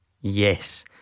Yes